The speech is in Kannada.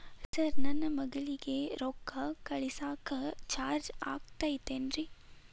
ಸರ್ ನನ್ನ ಮಗಳಗಿ ರೊಕ್ಕ ಕಳಿಸಾಕ್ ಚಾರ್ಜ್ ಆಗತೈತೇನ್ರಿ?